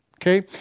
Okay